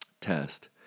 test